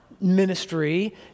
ministry